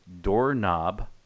doorknob